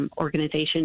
organization